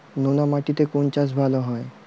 নোনা মাটিতে কোন চাষ ভালো হয়?